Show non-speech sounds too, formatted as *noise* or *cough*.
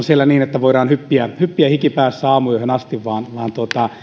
*unintelligible* siellä vain niin että voidaan hyppiä hyppiä hiki päässä aamuyöhön asti vaan vaan